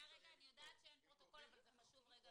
לי פה שום סייגים בחוק שאומרים שהוא צריך או להפעיל שיקול דעת,